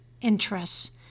interests